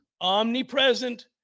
Omnipresent